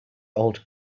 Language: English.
old